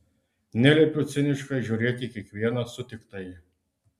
neliepiu ciniškai žiūrėti į kiekvieną sutiktąjį